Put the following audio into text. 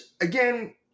again